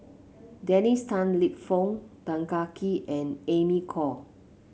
Dennis Tan Lip Fong Tan Kah Kee and Amy Khor